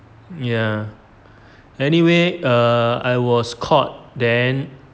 ya anyway err I was caught then